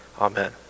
Amen